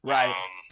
Right